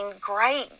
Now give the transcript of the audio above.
great